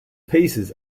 pieces